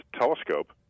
telescope